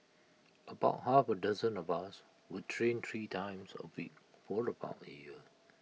about half A dozen of us would train three times A week for about A year